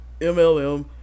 MLM